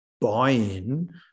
buy-in